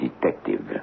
detective